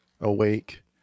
awake